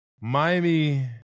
Miami